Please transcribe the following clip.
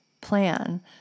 plan